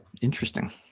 Interesting